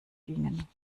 gingen